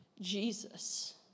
Jesus